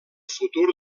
futur